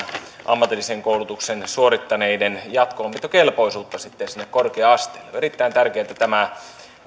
ammatillisen koulutuksen suorittaneiden jatko opintokelpoisuutta korkea asteelle on erittäin tärkeää että tämä